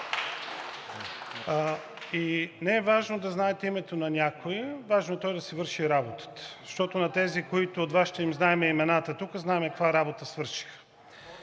И не е важно да знаете името на някого, важно е той да си върши работата, защото на тези от Вашите, на които им знаем имената тук, знаем каква работа свършиха.